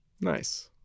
Nice